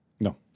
No